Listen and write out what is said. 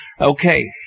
Okay